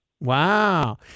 Wow